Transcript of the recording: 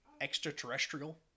extraterrestrial